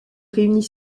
réunit